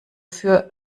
für